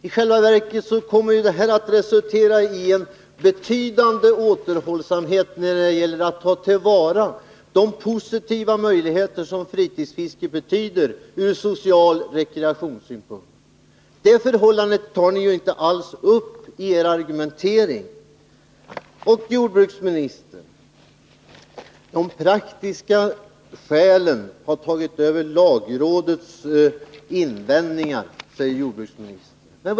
I själva verket kommer detta att resultera i en betydande återhållsamhet när det gäller att ta till vara det positiva som fritidsfisket innebär ur social rekreationssynpunkt. Det förhållandet tar ni inte alls upp i er argumentering. De praktiska skälen har tagit över lagrådets invändningar, säger jordbruksministern.